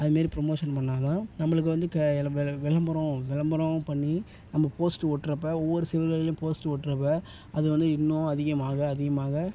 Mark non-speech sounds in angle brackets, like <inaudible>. அதுமாரி ப்ரொமோஷன் பண்ணால்தான் நம்பளுக்கு வந்து க <unintelligible> விளம்பரோம் விளம்பரோம் பண்ணி அந்த போஸ்ட்ரு ஒட்டுறப்ப ஒவ்வொரு செவர்கள்லியும் போஸ்ட்ரு ஒட்டுறப்ப அது வந்து இன்னும் அதிகமாக அதிகமாக